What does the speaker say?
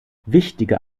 wichtige